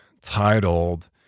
titled